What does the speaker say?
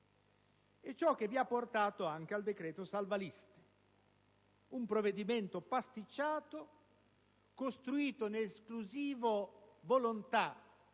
È ciò che vi ha portato anche al decreto salva liste: un provvedimento pasticciato, costruito con l'esclusiva volontà